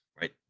right